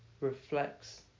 reflects